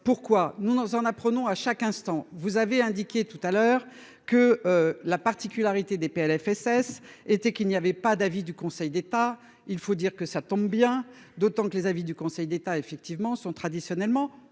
pourquoi nous, nous en apprenons à chaque instant vous avez indiqué tout à l'heure que la particularité des Plfss était qu'il n'y avait pas d'avis du Conseil d'État. Il faut dire que ça tombe bien, d'autant que les avis du Conseil d'État effectivement sont traditionnellement